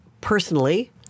personally